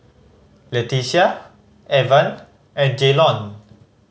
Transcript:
Letitia Evan and Jaylon